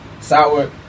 Sour